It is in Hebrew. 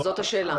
זאת השאלה.